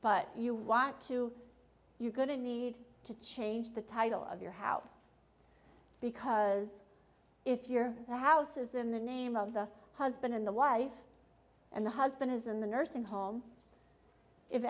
but you want to you're going to need to change the title of your house because if you're the houses in the name of the husband and the wife and the husband is in the nursing home if